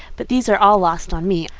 but these are all lost on me.